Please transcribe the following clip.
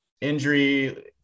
injury